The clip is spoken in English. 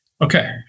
okay